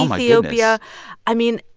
um ethiopia i mean,